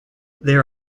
there